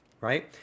right